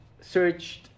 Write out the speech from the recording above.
searched